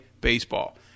baseball